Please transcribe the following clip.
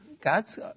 God's